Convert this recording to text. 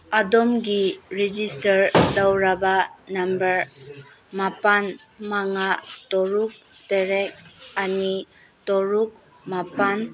ꯑꯗꯣꯝꯒꯤ ꯔꯦꯖꯤꯁꯇꯔ ꯇꯧꯔꯕ ꯅꯝꯕꯔ ꯃꯥꯄꯜ ꯃꯉꯥ ꯇꯔꯨꯛ ꯇꯔꯦꯠ ꯑꯅꯤ ꯇꯔꯨꯛ ꯃꯥꯄꯜ